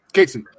Casey